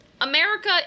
America